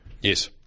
Yes